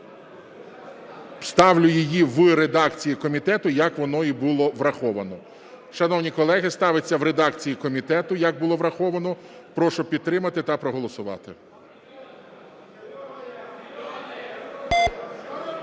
ставлю її в редакції комітету, як воно і було враховано. Шановні колеги, ставиться в редакції комітету, як було враховано. Прошу підтримати та проголосувати.